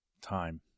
time